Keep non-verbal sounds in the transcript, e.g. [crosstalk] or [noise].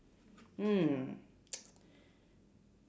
mm [noise]